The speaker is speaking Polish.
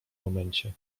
momencie